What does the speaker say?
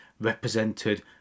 represented